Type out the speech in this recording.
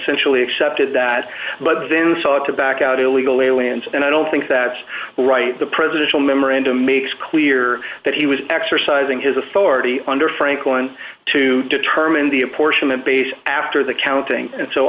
centrally accepted that but then sought to back out illegal aliens and i don't think that's right the presidential memorandum makes clear that he was exercising his authority under franklin to determine the apportionment based after the counting and so